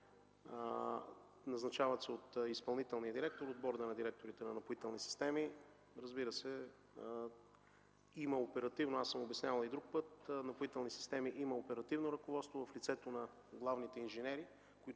Назначават се от изпълнителния директор, от Борда на директорите на „Напоителни системи”. Аз съм обяснявал и друг път, „Напоителни системи” има оперативно ръководство в лицето на главните инженери,